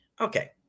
Okay